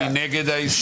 מי נגד?